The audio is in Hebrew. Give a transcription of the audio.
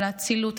על האצילות,